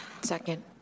Second